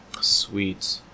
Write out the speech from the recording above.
Sweet